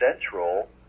central